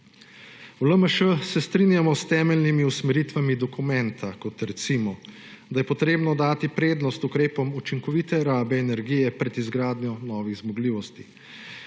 V LMŠ se strinjamo s temeljnimi usmeritvami dokumenta, kot recimo, da je potrebno dati prednost ukrepom učinkovite rabe energije pred izgradnjo novih zmogljivosti,